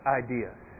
ideas